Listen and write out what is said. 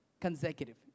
consecutive